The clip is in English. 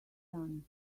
done